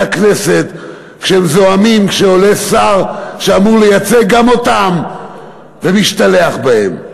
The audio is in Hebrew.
הכנסת כשהם זועמים כשעולה שר שאמור לייצג גם אותם ומשתלח בהם.